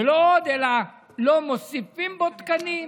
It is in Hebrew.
ולא עוד אלא לא מוסיפים בו תקנים